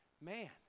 man